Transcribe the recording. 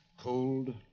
cold